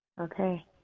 Okay